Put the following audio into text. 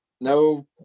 no